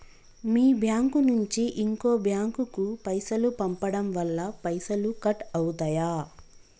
మీ bank నుంచి ఇంకో bank కు పైసలు పంపడం వల్ల పైసలు కట్ అవుతయా?